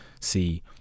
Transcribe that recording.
see